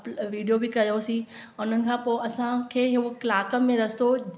अ video बि कयोसीं उन्हनि खां पोइ असांखे हो कलाकु में रस्तो